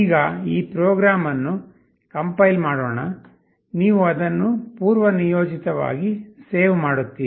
ಈಗ ಈ ಪ್ರೋಗ್ರಾಂ ಅನ್ನು ಕಂಪೈಲ್ ಮಾಡೋಣ ನೀವು ಅದನ್ನು ಪೂರ್ವನಿಯೋಜಿತವಾಗಿ ಸೇವ್ಮಾಡುತ್ತೀರಿ